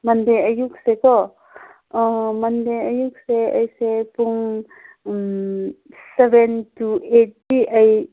ꯃꯟꯗꯦ ꯑꯌꯨꯛꯁꯦꯀꯣ ꯃꯟꯗꯦ ꯑꯌꯨꯛꯁꯦ ꯑꯩꯁꯦ ꯄꯨꯡ ꯁꯕꯦꯟ ꯇꯨ ꯑꯩꯠꯇꯤ ꯑꯩ